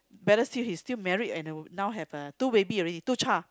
better still he still married and now have a two baby already two child